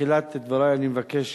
בתחילת דברי אני מבקש,